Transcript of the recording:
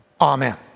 Amen